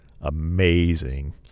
amazing